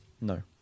No